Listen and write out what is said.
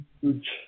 Huge